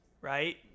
right